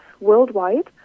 worldwide